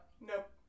Nope